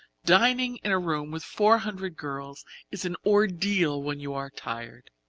dining in a room with four hundred girls is an ordeal when you are tired.